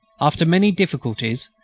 after many difficulties,